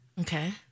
Okay